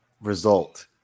result